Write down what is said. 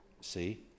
see